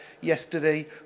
yesterday